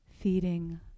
feeding